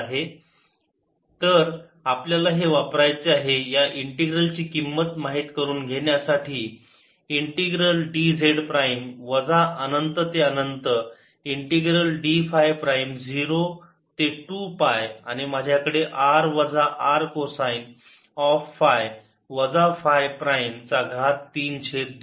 Bin0kz ∞dz02πdϕR rcosϕ ϕz2R2r2 2rRcosϕ 32 तर आपल्याला हे वापरायचे आहे या इंटीग्रल ची किंमत माहीत करून घेण्यासाठी इंटिग्रल dz प्राईम वजा अनंत ते अनंत इंटिग्रल d फाय प्राईम 0 ते 2 पाय आणि माझ्याकडे आहे R वजा r कोसाइन ऑफ फाय वजा फाय प्राईम चा घात 3 छेद 2